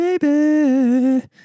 Baby